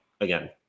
again